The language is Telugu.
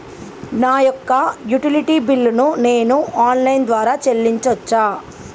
నా యొక్క యుటిలిటీ బిల్లు ను నేను ఆన్ లైన్ ద్వారా చెల్లించొచ్చా?